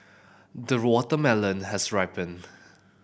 the watermelon has ripened